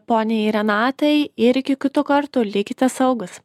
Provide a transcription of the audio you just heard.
poniai renatai ir iki kitų kartų likite saugūs